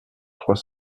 trois